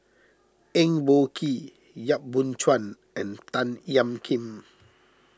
Eng Boh Kee Yap Boon Chuan and Tan Ean Kiam